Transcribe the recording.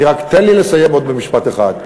אני רק, תן לי לסיים במשפט אחד.